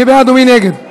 מי בעד ומי נגד?